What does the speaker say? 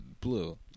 blue